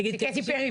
פרי,